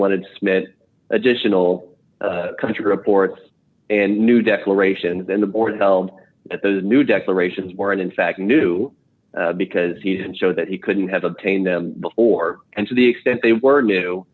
wanted smit additional country reports and new declarations and the board held that those new declarations were in fact new because he didn't show that he couldn't have obtained them before and to the extent they were new